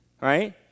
Right